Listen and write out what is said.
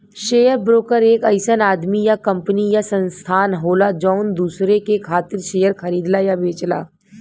share broker एक अइसन आदमी या कंपनी या संस्थान होला जौन दूसरे के खातिर शेयर खरीदला या बेचला